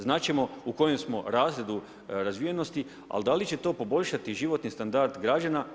Znati ćemo u kojem smo razredu razvijenosti, ali da li će to poboljšati životni standard građana?